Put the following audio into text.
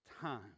time